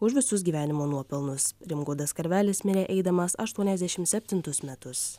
už visus gyvenimo nuopelnus rimgaudas karvelis mirė eidamas aštuoniasdešim septintus metus